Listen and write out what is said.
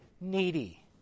needy